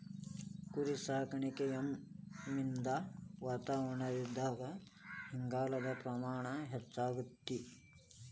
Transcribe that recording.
ಕುರಿಸಾಕಾಣಿಕೆಯಿಂದ ವಾತಾವರಣದಾಗ ಇಂಗಾಲದ ಪ್ರಮಾಣ ಹೆಚ್ಚಆಗ್ತೇತಿ